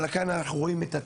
אבל כאן אנחנו רואים את האיש,